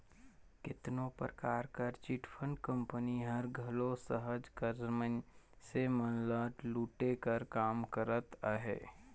केतनो परकार कर चिटफंड कंपनी हर घलो सहज कर मइनसे मन ल लूटे कर काम करत अहे